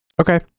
okay